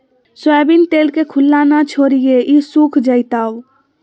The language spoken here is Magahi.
सोयाबीन तेल के खुल्ला न छोरीहें ई सुख जयताऊ